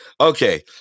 Okay